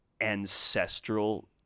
ancestral